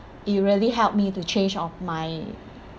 it really helped me to change of my